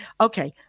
Okay